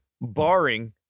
barring